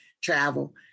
travel